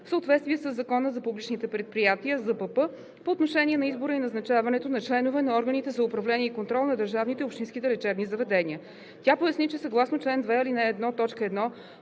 в съответствие със Закона за публичните предприятия по отношение на избора и назначаването на членове на органите за управление и контрол на държавните и общинските лечебни заведения. Тя поясни, че съгласно чл. 2, ал. 1,